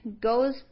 goes